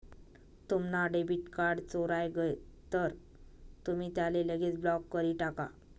तुम्हना debit card चोराय गय तर तुमी त्याले लगेच ब्लॉक करी टाका